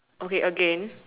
okay again